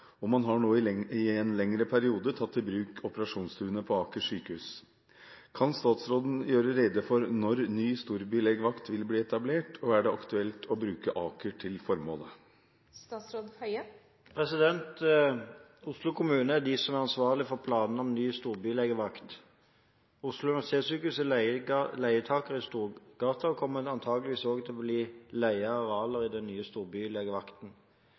og man har nå i en lengre periode tatt i bruk operasjonsstuene på Aker sykehus. Kan statsråden gjøre rede for når ny storbylegevakt vil bli etablert, og er det aktuelt å bruke Aker til formålet?» Oslo kommune er de som er ansvarlig for planene om ny storbylegevakt. Oslo universitetssykehus er leietakere i Storgata og kommer antakeligvis også til å leie arealer i den nye storbylegevakten.